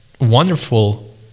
wonderful